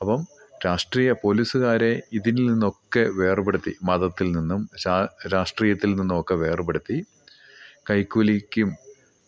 അപ്പം രാഷ്ട്രീയ പോലീസുകാരെ ഇതിൽ നിന്നൊക്കെ വേർപെടുത്തി മതത്തിൽ നിന്നും രാഷ്ട്രീയത്തിൽ നിന്നുമൊക്കെ വേർപെടുത്തി കൈക്കൂലിക്കും